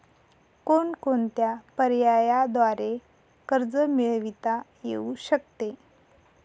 कोणकोणत्या पर्यायांद्वारे कर्ज मिळविता येऊ शकते?